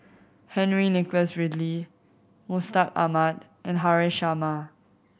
Henry Nicholas Ridley Mustaq Ahmad and Haresh Sharma